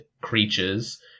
creatures